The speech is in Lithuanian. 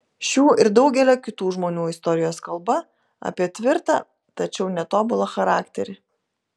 šių ir daugelio kitų žmonių istorijos kalba apie tvirtą tačiau netobulą charakterį